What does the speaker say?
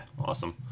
awesome